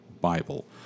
Bible